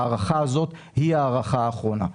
ההארכה הזאת היא ההארכה האחרונה.